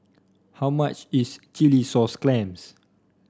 how much is Chilli Sauce Clams